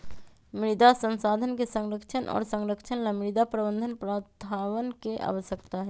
मृदा संसाधन के संरक्षण और संरक्षण ला मृदा प्रबंधन प्रथावन के आवश्यकता हई